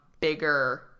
bigger